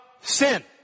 sin